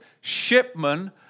shipmen